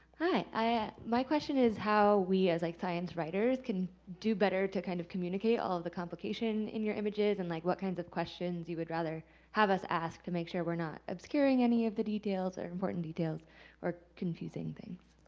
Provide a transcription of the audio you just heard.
ah my question is how we, as, like, science writers, can do better to kind of communicate all of the complication in your images and, like, what kinds of questions you would rather have us ask to make sure we're not obscuring any of the details or important details or confusing things.